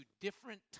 different